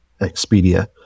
Expedia